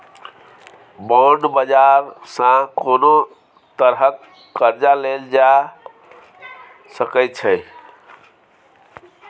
bond बाजार सँ कोनो तरहक कर्जा लेल जा सकै छै